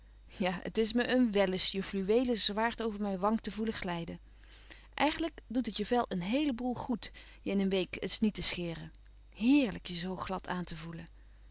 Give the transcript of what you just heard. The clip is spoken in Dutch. ja het is me een wellust je fluweelen zwaard over mijn wang te voelen glijden eigenlijk doet het je vel een heele boel goed je in een week eens niet te scheren heerlijk je zoo glad aan te voelen